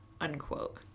Unquote